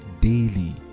daily